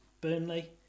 Burnley